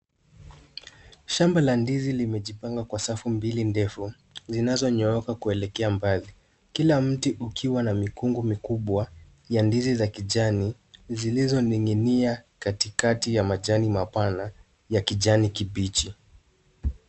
Shamba la ndizi limejipanga kwa safu mbili ndefu zinazonyooka kuelekea mbali, kila mti ukiwa na mikungu mikubwa ya ndizi za kijani zilizoning'inia katikati ya majani mapana ya kijani kibichi.